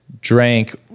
drank